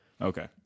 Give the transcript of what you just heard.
Okay